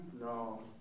No